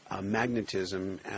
magnetism